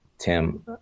Tim